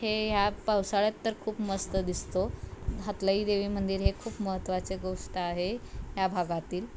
हे ह्या पावसाळ्यात तर खूप मस्त दिसतो हथलाई देवी मंदिर हे खूप महत्त्वाचे गोष्ट आहे या भागातील